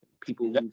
People